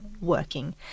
working